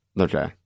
okay